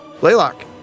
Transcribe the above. Laylock